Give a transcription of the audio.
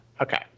Okay